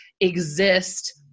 exist